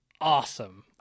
awesome